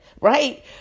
right